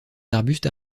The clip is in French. arbustes